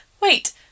wait